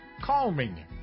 Calming